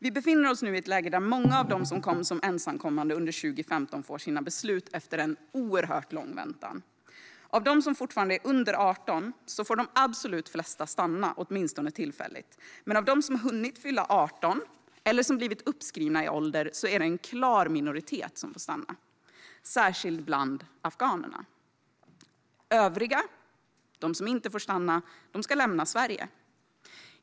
Vi befinner oss nu i ett läge där många av dem som kom som ensamkommande under 2015 får sina beslut efter en oerhört lång väntan. Av dem som fortfarande är under 18 får de absolut flesta stanna, åtminstone tillfälligt, men av dem som hunnit fylla 18 eller som blivit uppskrivna i ålder är det en klar minoritet som får stanna, särskilt bland afghanerna. Övriga - de som inte får stanna - ska lämna Sverige.